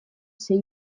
sei